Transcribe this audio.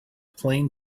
plain